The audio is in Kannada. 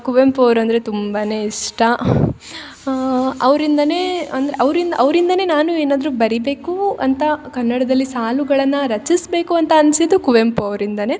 ಕುವೆಂಪು ಅವ್ರಂದರೆ ತುಂಬ ಇಷ್ಟ ಅವ್ರಿಂದ ಅಂದ್ರೆ ಅವ್ರಿಂದ ಅವ್ರಿಂದ ನಾನು ಏನಾದ್ರೂ ಬರಿಬೇಕೂ ಅಂತ ಕನ್ನಡದಲ್ಲಿ ಸಾಲುಗಳನ್ನು ರಚಿಸಬೇಕು ಅಂತ ಅನ್ಸಿದ್ದು ಕುವೆಂಪು ಅವ್ರಿಂದ